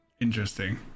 Interesting